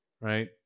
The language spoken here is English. Right